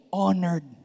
honored